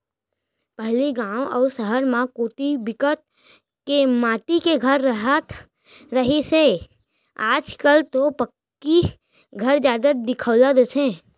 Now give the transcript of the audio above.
पहिली गाँव अउ सहर म कोती बिकट के माटी के घर राहत रिहिस हे आज कल तो पक्की घर जादा दिखउल देथे